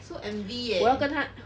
so envy eh